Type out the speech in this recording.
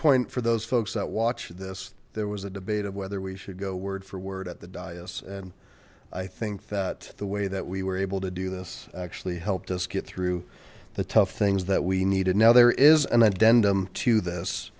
point for those folks that watch this there was a debate of whether we should go word for word at the diocese and i think that the way that we were able to do this actually helped us get through the tough things that we needed now there is an addendum to this